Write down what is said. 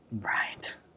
Right